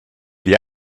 wir